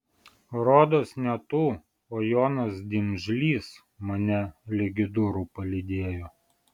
rodos ne tu o jonas dimžlys mane ligi durų palydėjo